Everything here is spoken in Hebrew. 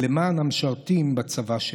למען המשרתים בצבא שלנו.